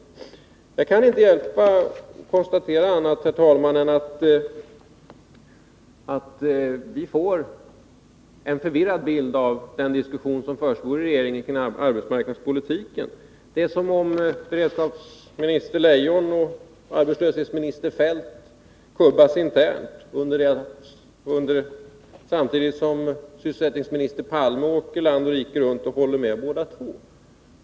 Jag kan inte konstatera annat, herr talman, än att vi får en förvirrad bild av den diskussion om arbetsmarknadspolitiken som försiggår i regeringen. Det är som om beredskapsminister Leijon och arbetslöshetsminister Feldt kubbas internt samtidigt som sysselsättningsminister Palme åker land och rike runt och håller med båda två.